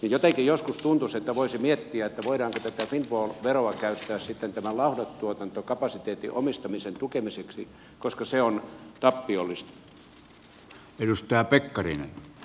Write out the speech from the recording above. jotenkin joskus tuntuisi että voisi miettiä voidaanko tätä windfall veroa käyttää sitten tämän lauhdetuotantokapasiteetin omistamisen tukemiseksi koska se on tappiollista